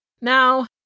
Now